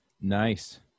Nice